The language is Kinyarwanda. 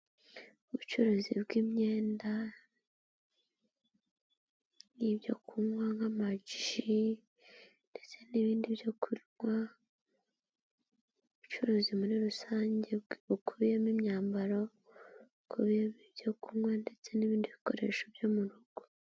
Ubucuruzi bw'imyenda n'ibyo kunywa nk'amaji ndetse n'ibindi byo kunywa, ubucuruzi muri rusange bukuyemo imyambaro, bukuyemo ibyo kunywa ndetse n'ibindi bikoresho byo mu rugo.